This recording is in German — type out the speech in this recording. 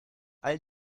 all